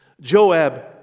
Joab